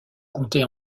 compter